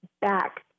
back